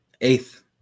Eighth